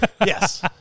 yes